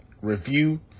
review